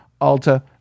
Alta